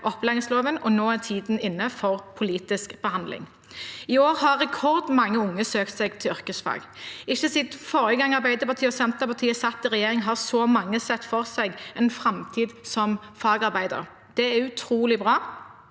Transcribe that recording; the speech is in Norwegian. og nå er tiden inne for politisk behandling. I år har rekordmange unge søkt seg til yrkesfag. Ikke siden forrige gang Arbeiderpartiet og Senterpartiet satt i regjering, har så mange sett for seg en framtid som fagarbeider. Det er utrolig bra,